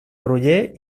groller